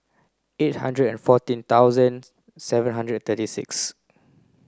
eight hundred and fourteen thousand seven hundred and thirty six